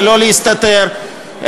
ולא להסתתר,